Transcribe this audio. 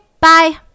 bye